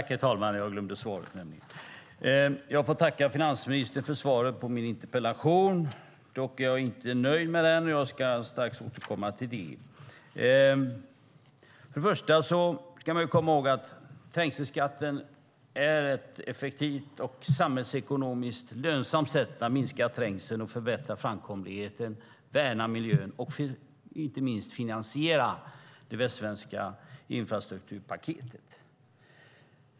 Herr talman! Jag får tacka finansministern för svaret på min interpellation. Jag är dock inte nöjd med det, vilket jag strax återkommer till. Först och främst ska man komma ihåg att trängselskatten är ett effektivt och samhällsekonomiskt lönsamt sätt att minska trängseln och förbättra framkomligheten, värna miljön och inte minst finansiera det västsvenska infrastrukturpaketet.